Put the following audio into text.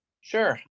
Sure